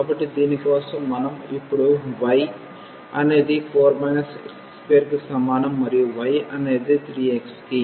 కాబట్టి దీని కోసం మనం ఇప్పుడు y అనేది 4 x2 కి సమానం మరియు y అనేది 3x కి